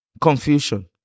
Confusion